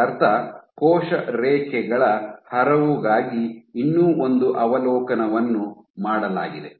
ಇದರರ್ಥ ಕೋಶ ರೇಖೆಗಳ ಹರವುಗಾಗಿ ಇನ್ನೂ ಒಂದು ಅವಲೋಕನವನ್ನು ಮಾಡಲಾಗಿದೆ